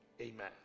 Amen